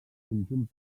conjunt